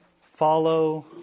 Follow